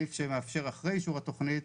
סעיף שמאפשר אחרי אישור התוכנית